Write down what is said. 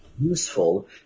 Useful